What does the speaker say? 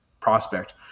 prospect